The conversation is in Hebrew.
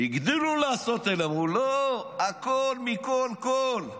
הגדילו לעשות אלה, אמרו: לא, הכול מכל כול.